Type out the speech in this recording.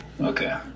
okay